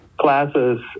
classes